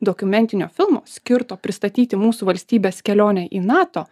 dokumentinio filmo skirto pristatyti mūsų valstybės kelionę į nato